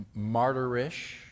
martyrish